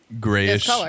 grayish